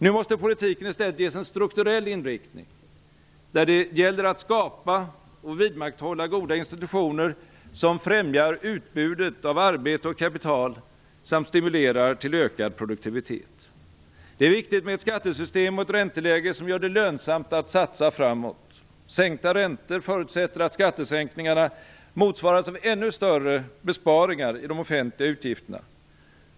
Nu måste politiken i stället ges en strukturell inriktning, där det gäller att skapa och vidmakthålla goda institutioner, som främjar utbudet av arbete och kapital samt stimulerar till ökad produktivitet. Det är viktigt med ett skattesystem och ett ränteläge, som gör det lönsamt att satsa framåt. Sänkta räntor förutsätter att skattesänkningarna motsvaras av ännu större besparingar i de offentliga utgifterna.